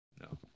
No